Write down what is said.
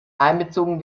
einbezogen